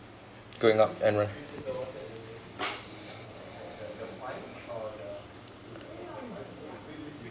going up and uh